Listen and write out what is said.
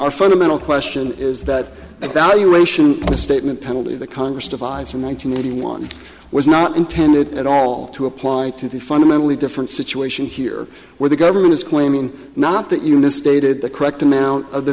are fundamental question is that evaluation a statement penalty the congress devised in one thousand nine hundred one was not intended at all to apply to the fundamentally different situation here where the government is claiming not that you misstated the correct amount of the